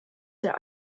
der